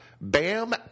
Bam